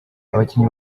abakinnyi